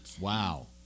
Wow